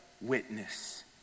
witness